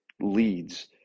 leads